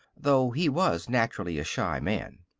though he was naturally a shy man.